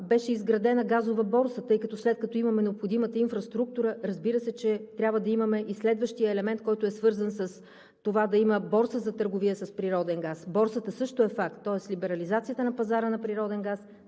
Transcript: беше изградена газова борса, тъй като, след като имаме необходимата инфраструктура, разбира се, че трябва да имаме и следващия елемент, който е свързан с това да има борса за търговия с природен газ. Борсата също е факт. Тоест либерализацията на пазара на природен газ